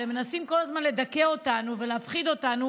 הרי מנסים כל הזמן לדכא אותנו ולהפחיד אותנו